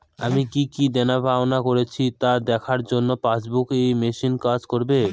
আমি কি কি দেনাপাওনা করেছি তা দেখার জন্য পাসবুক ই মেশিন কাজ করবে?